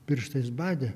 pirštais badė